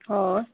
हय